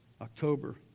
October